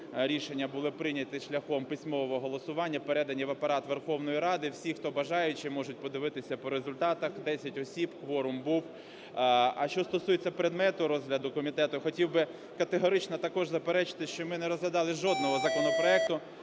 рішення були прийняті шляхом письмового голосування, передані в Апарат Верховної Ради. Всі, хто бажаючі, можуть подивитися по результатах: 10 осіб, кворум був. А що стосується предмету розгляду комітету, хотів би категорично також заперечити, що ми не розглядали жодного законопроекту,